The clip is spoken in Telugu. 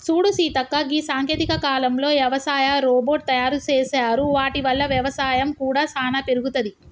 సూడు సీతక్క గీ సాంకేతిక కాలంలో యవసాయ రోబోట్ తయారు సేసారు వాటి వల్ల వ్యవసాయం కూడా సానా పెరుగుతది